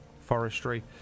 forestry